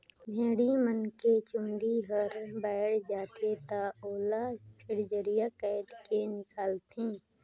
भेड़ी मन के चूंदी हर बायड जाथे त ओला जड़पेडिया कायट के निकालथे